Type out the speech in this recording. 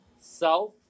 South